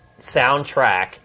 soundtrack